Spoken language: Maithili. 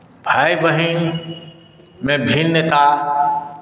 भाय बहिनमे भिन्नता